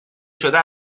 شده